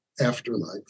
afterlife